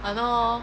!hannor!